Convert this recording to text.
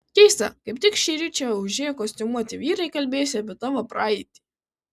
keista kaip tik šįryt čia užėję kostiumuoti vyrai kalbėjosi apie tavo praeitį